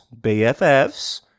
BFFs